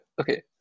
Okay